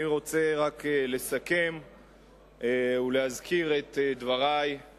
אני רוצה רק לסכם ולהזכיר את דברי בתשובה להצעות